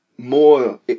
More